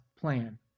plan